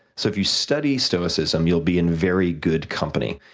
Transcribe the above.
so, if you study stoicism, you'll be in very good company.